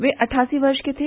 वे अट्ठासी वर्ष के थे